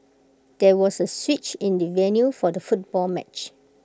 there was A switch in the venue for the football match